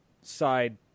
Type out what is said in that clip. side